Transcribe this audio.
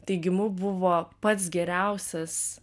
teigimu buvo pats geriausias